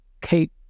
Kate